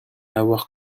avoir